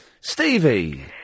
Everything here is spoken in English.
Stevie